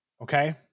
Okay